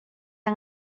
han